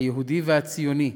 היהודי והציוני,